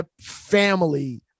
family